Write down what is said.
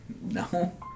No